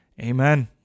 Amen